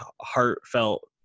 heartfelt